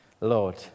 Lord